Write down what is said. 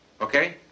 Okay